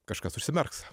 kažkas užsimerks